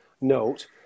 note